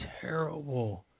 Terrible